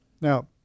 now